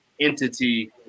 entity